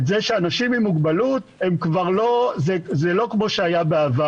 זה שאנשים עם מוגבלות זה לא כמו שהיה בעבר.